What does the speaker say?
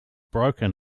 broken